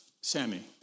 Sammy